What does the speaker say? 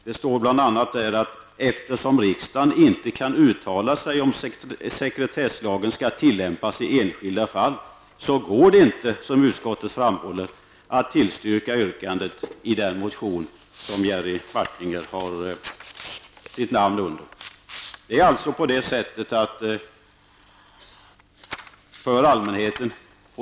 Där står bl.a: Eftersom riksdagen inte kan uttala sig om hur sekretesslagen skall tillämpas i enskilda fall går det inte, som utskottet också framhåller, att tillstyrka yrkandet i motion T1'', den motion som Jerry Martinger har sitt namn under. Detta får alltså förbli en hemlighet för allmänheten.